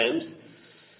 21